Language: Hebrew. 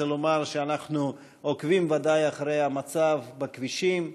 אני רוצה לומר שאנחנו עוקבים ודאי אחרי המצב בכבישים,